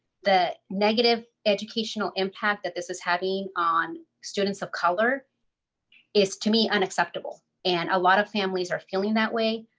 the negative educational impact that this is having on students of color is to me unacceptable and a lot of families are feeling that way.